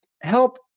help